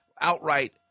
outright